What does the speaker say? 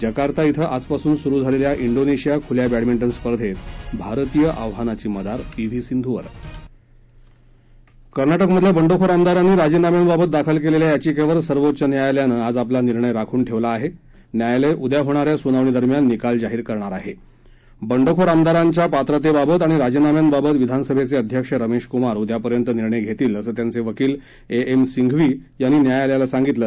Jakarta क्वे आजपासून सुरू झालख्या डोनश्रिया खुल्या बॅडमिंटन स्पर्धेत भारतीय आव्हानाची मदार पी व्ही सिंधूवर कर्नाटक मधल्या बंडखोर आमदारांनी राजीनाम्यांबाबत दाखल कलिखा याचिक्कर सर्वोच्च न्यायालयानं आज आपला निर्णय राखून ठेक्ना आहा व्यायालय उद्या होणाऱ्या सुनावणी दरम्यान निकाल जाहीर करणार आह अंडखोर आमदारांच्या पात्रत्यात आणि राजीनाम्यांबाबत विधानसभद्य अध्यक्ष रमध कुमार उद्यापर्यंत निर्णय घतीील असं त्यांचविकील ए एम सिंघवी यांनी न्यायालयाला सांगितलं